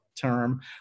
term